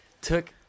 took